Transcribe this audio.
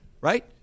right